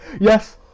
Yes